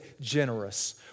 generous